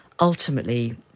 ultimately